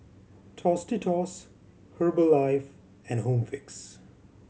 Tostitos Herbalife and Home Fix